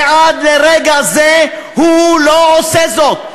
ועד לרגע זה הוא לא עושה זאת.